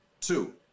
two